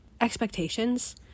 expectations